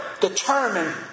determine